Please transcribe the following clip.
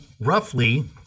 roughly